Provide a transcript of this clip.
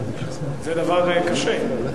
זה דבר קשה.